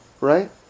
right